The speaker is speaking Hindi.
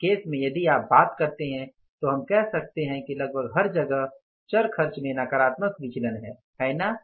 इस केस में यदि आप बात करते हैं तो हम कह सकते हैं कि लगभग हर जगह चर खर्च में नकारात्मक विचलन है है ना